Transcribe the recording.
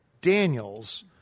Daniels